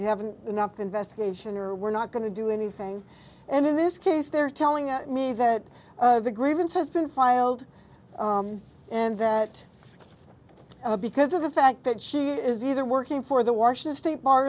haven't enough investigation or we're not going to do anything and in this case they're telling me that the grievance has been filed and that because of the fact that she is either working for the washington state bar